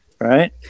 Right